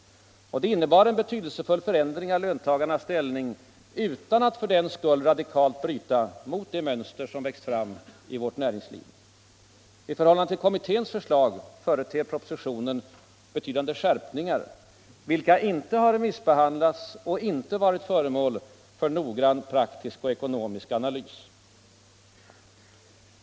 Det innebar en betydelsefull förstärkning av löntagarnas ställning utan att för den skull radikalt bryta mot det mönster som läggs fram i vårt näringsliv. I förhållande till kommitténs förslag företer propositionen betydande skärpningar, vilka inte har remissbehandlats och inte varit föremål för noggrann praktisk och ekonomisk analys.